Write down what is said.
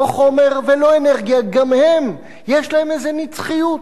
לא חומר ולא אנרגיה, גם הם, יש להם איזו נצחיות.